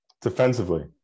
defensively